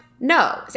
No